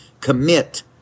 Commit